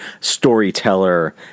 storyteller